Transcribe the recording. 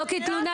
הכנסת אשמה.